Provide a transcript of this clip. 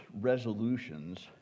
resolutions